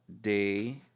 day